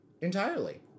entirely